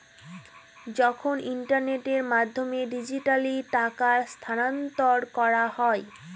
যখন ইন্টারনেটের মাধ্যমে ডিজিট্যালি টাকা স্থানান্তর করা হয়